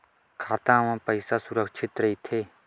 खाता मा पईसा सुरक्षित राइथे?